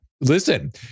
listen